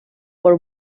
por